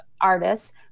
artists